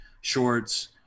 shorts